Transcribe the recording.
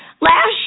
last